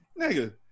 Nigga